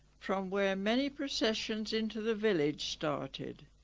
from where many processions into the village started.